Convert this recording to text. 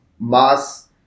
mass